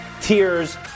Tears